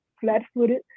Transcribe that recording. flat-footed